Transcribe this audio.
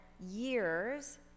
years